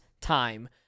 time